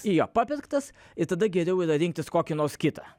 jo papirktas ir tada geriau rinktis kokį nors kitą